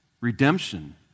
redemption